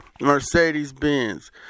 Mercedes-Benz